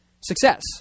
success